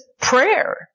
prayer